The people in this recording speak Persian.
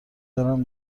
برم